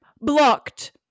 Blocked